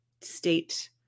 state